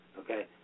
okay